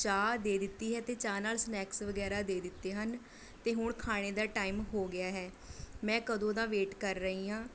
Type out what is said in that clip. ਚਾਹ ਦੇ ਦਿੱਤੀ ਹੈ ਅਤੇ ਚਾਹ ਨਾਲ ਸਨੈਕਸ ਵਗੈਰਾ ਦੇ ਦਿੱਤੇ ਹਨ ਅਤੇ ਹੁਣ ਖਾਣੇ ਦਾ ਟਾਈਮ ਹੋ ਗਿਆ ਹੈ ਮੈਂ ਕਦੋਂ ਦਾ ਵੇਟ ਕਰ ਰਹੀ ਹਾਂ